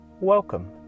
Welcome